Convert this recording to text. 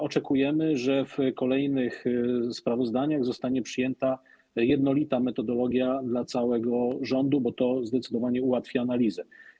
Oczekujemy, że w kolejnych sprawozdaniach zostanie przyjęta jednolita metodologia dla całego rządu, bo to zdecydowanie ułatwi analizę.